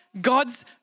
God's